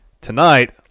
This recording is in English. Tonight